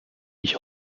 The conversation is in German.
ich